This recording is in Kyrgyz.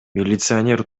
милиционер